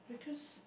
because